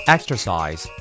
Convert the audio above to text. Exercise